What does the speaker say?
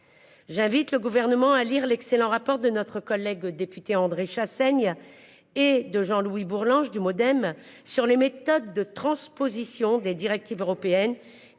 J'invite le gouvernement à lire l'excellent rapport de notre collègue député André Chassaigne et de Jean Louis Bourlanges du MoDem sur les méthodes de transposition des directives européennes